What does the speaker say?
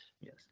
Yes